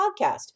podcast